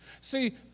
See